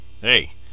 Hey